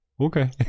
okay